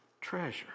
treasure